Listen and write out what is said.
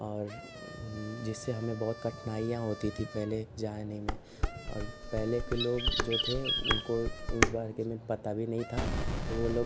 और जिससे हमें बहुत कठिनाइयाँ होती थी पहले जाने में और पहले के लोग जो थे उनको इस बारगे में पता भी नही था तो वो लोग